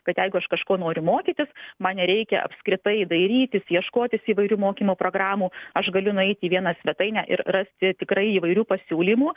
kad jeigu aš kažko noriu mokytis man nereikia apskritai dairytis ieškotis įvairių mokymo programų aš galiu nueiti į vieną svetainę ir rasti tikrai įvairių pasiūlymų